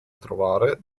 trovare